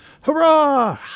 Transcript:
Hurrah